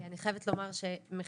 אני חייבת לומר מחילה,